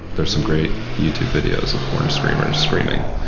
there's some great youtube videos of horned screamers screaming.